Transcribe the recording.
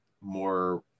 more